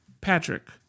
Patrick